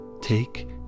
take